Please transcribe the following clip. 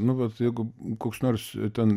nu vat jeigu koks nors ten